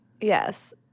Yes